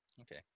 Okay